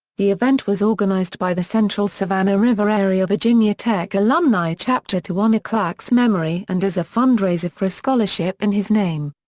the event was organized by the central savannah river area virginia tech alumni chapter to honor clark's memory and as a fundraiser for a scholarship in his name.